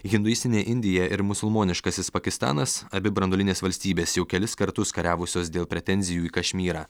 hinduistinė indija ir musulmoniškasis pakistanas abi branduolinės valstybės jau kelis kartus kariavusios dėl pretenzijų į kašmyrą